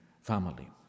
family